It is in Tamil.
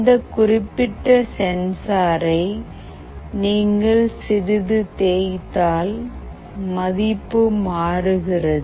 இந்த குறிப்பிட்ட சென்சாரை நீங்கள் சிறிது தேய்த்தால் மதிப்பு மாறுகிறது